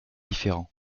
différents